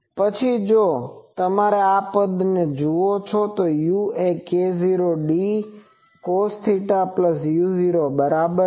પછી જો તમે આ પદને જુઓ તો u એ k0d cosθu0 બરાબર છે